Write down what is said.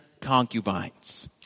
concubines